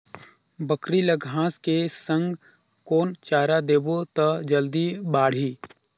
बकरी ल घांस के संग कौन चारा देबो त जल्दी बढाही?